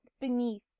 beneath